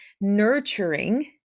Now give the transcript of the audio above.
nurturing